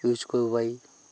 use কৰিব পাৰি